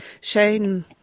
Shane